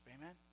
Amen